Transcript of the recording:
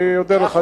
אני אודה לך.